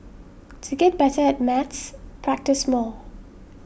to get better at maths practise more